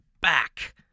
back